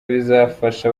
bizafasha